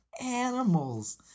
animals